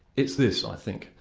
it's this, i think,